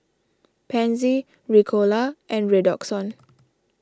Pansy Ricola and Redoxon